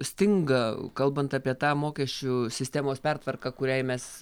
stinga kalbant apie tą mokesčių sistemos pertvarką kuriai mes